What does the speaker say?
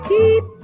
Keep